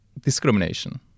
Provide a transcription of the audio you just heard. discrimination